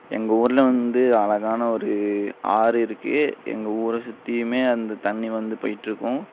எங்கள் ஊரில் வந்து அழகான ஒரு ஆறு இருக்குது எங்கள் ஊரை சுற்றியுமே அந்த தண்ணி வந்து போய்ட்டிருக்கும்